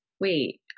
wait